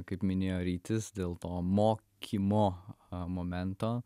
kaip minėjo rytis dėl to mokymo momento